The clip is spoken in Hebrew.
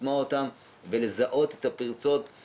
לשמוע אותם ולזהות את הפרצות.